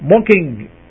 mocking